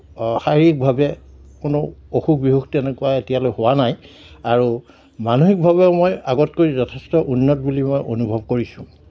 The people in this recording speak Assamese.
শাৰীৰিকভাৱে কোনো অসুখ বিসুখ তেনেকুৱা এতিয়ালৈকে হোৱা নাই আৰু মানসিকভাৱেও মই আগতকৈ যথেষ্ট উন্নত বুলি মই অনুভৱ কৰিছোঁ